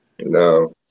No